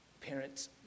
Parents